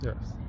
yes